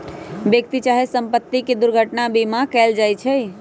व्यक्ति चाहे संपत्ति के दुर्घटना बीमा कएल जाइ छइ